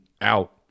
out